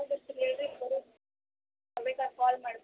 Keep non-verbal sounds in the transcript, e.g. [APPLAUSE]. ಅವ್ದು ಅಷ್ಟಕ್ಕೆ ಹೇಳ್ರಿ [UNINTELLIGIBLE] ಬೇಕರೆ ಕಾಲ್ ಮಾಡ್ದ ಮೇಲೆ